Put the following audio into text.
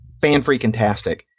fan-freaking-tastic